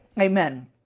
Amen